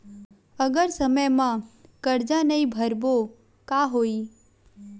अगर समय मा कर्जा नहीं भरबों का होई?